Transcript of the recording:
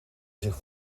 zich